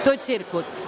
To je cirkus.